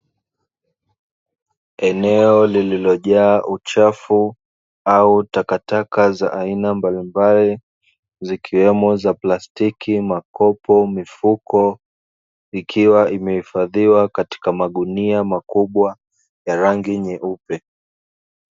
Eneo lililojaa uchafu au takataka au takataka za aina mballimbali zikiwemo maplastiki, makopo, mifuko, ikiwa imehifadhiiwa katika magunia makubwa ya rangi nyeupe.